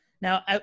Now